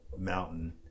mountain